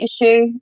issue